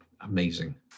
amazing